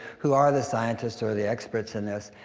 who are the scientists or the experts in this,